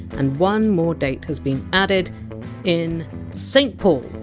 and one more date has been added in st paul,